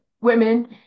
women